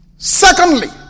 Secondly